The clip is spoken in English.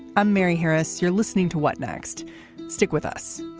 i'm mary harris you're listening to what next stick with us